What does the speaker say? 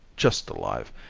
just alive,